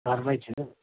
घरमै छु